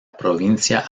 provincia